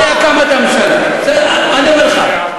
אני אומר לך,